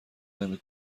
نمی